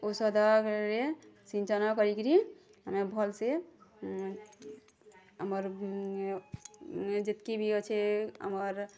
ଔଷଧରେ ସିଞ୍ଚନ କରିକିରି ଆମେ ଭଲ୍ସେ ଆମର୍ ଯେତ୍କି ବି ଅଛେ ଆମର୍